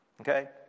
Okay